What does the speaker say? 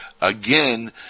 again